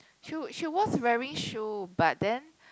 she she was wearing shoe but then